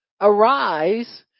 Arise